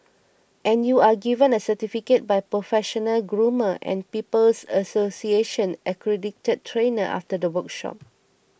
and you are given a certificate by professional groomer and People's Association accredited trainer after the workshop